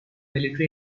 military